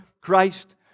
Christ